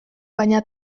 baina